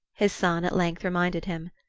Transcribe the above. his son at length reminded him.